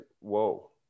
whoa